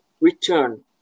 return